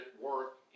work